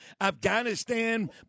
Afghanistan